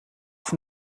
van